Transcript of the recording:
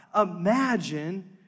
imagine